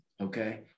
okay